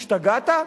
השתגעת?